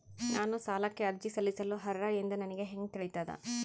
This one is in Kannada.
ನಾನು ಸಾಲಕ್ಕೆ ಅರ್ಜಿ ಸಲ್ಲಿಸಲು ಅರ್ಹ ಎಂದು ನನಗೆ ಹೆಂಗ್ ತಿಳಿತದ?